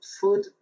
food